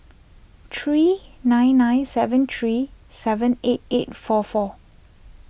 three nine nine seven three seven eight eight four four